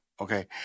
Okay